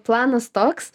planas toks